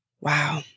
Wow